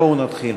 בואו נתחיל.